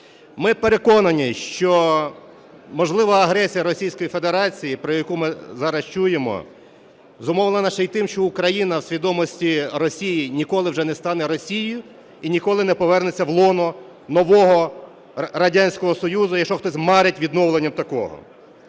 Ми переконані, що можлива агресія Російської Федерації, про яку ми зараз чуємо, зумовлена ще й тим, що Україна в свідомості Росії ніколи вже не стане Росією і ніколи не повернеться в лоно нового Радянського Союзу, якщо хтось марить відновленням такого.